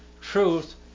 Truth